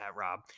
Rob